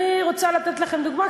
אני רוצה לתת לכם דוגמה,